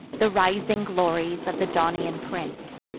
the rising glories of the daunian prince.